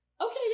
Okay